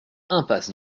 impasse